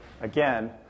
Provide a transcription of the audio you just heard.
again